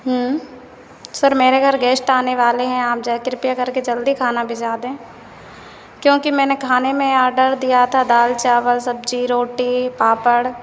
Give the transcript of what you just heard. हम्म sir मेरे घर guest आने वाले हैं आप जै कृपया करके जल्दी खाना भेजा दें क्योंकि मैंने खाने में आर्डर दिया था दाल चावल सब्जी रोटी पापड़